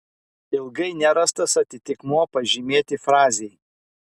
ilgai nerastas atitikmuo pažymėti frazei